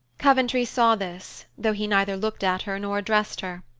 coventry saw this, though he neither looked at her nor addressed her.